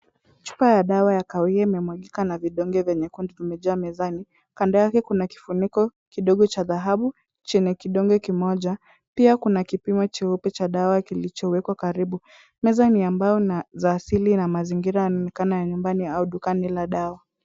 Chupa ya dawa ya kahawia imemwagika na vidonge vya nyekundu vimejaa mezani. Kando yake kuna kifuniko, kidogo cha dhahabu, chenye kidonge kimoja. Pia kuna kipimo cheupe cha dawa kilichowekwa karibu. Meza ni ya mbao na za asili na mazingira yanaonekana ya nyumbani au dukani la dawa.